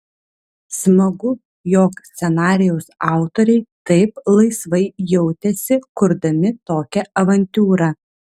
smagu jog scenarijaus autoriai taip laisvai jautėsi kurdami tokią avantiūrą